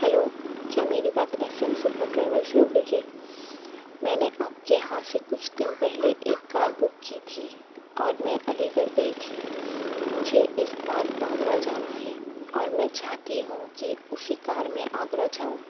hello کیا میری بات ایف ایم سپر ٹریول سے ہورہی ہے میں نے آپ کے یہاں سے کچھ دن پہلے ایک کار بک کی تھی اور میں علی گڑھ گئی تھی مجھے اس بار آگرہ جانا ہے اور میں چاہتی ہوں کہ اسی کار میں آگرہ جاؤں